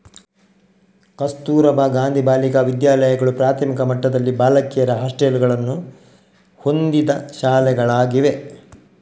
ಕಸ್ತೂರಬಾ ಗಾಂಧಿ ಬಾಲಿಕಾ ವಿದ್ಯಾಲಯಗಳು ಮಾಧ್ಯಮಿಕ ಮಟ್ಟದಲ್ಲಿ ಬಾಲಕಿಯರ ಹಾಸ್ಟೆಲುಗಳನ್ನು ಹೊಂದಿದ ಶಾಲೆಗಳಾಗಿವೆ